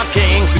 king